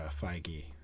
Feige